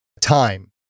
time